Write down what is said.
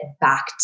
back